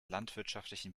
landwirtschaftlichen